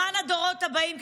למען הדורות הבאים,